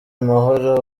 amahoro